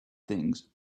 things